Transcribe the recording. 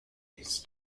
his